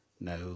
no